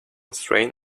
strain